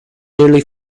nearly